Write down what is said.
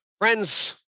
Friends